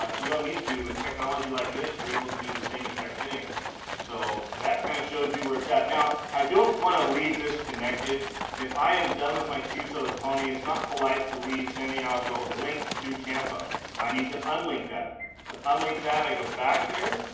ah you don't need to with technology like this you're able to do the same exact thing so that kind of shows you where it's at now i don't want to leave this connected if i am done with my q so tony it's not polite to leave santiago linked to tampa i need to unlink that unlink that i go back there,